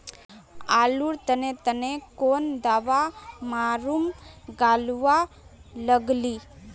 आलूर तने तने कौन दावा मारूम गालुवा लगली?